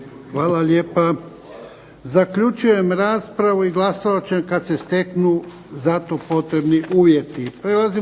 Hvala lijepa. Zaključujem raspravu. I glasovat ćemo kad se steknu za to potrebni uvjeti.